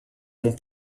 mon